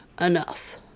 enough